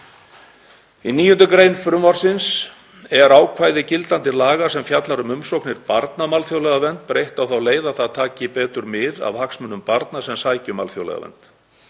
Í 9. gr. frumvarpsins er ákvæði gildandi laga, sem fjallar um umsóknir barna um alþjóðlega vernd, breytt á þá leið að það taki betur mið af hagsmunum barna sem sækja um alþjóðlega vernd.